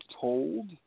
told